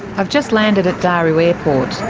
i've just landed at daru airport,